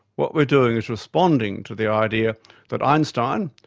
what we're doing is responding to the idea that einstein,